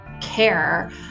care